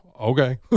Okay